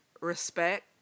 respect